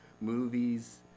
movies